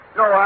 no